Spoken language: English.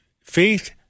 faith